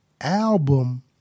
album